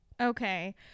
Okay